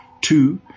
Two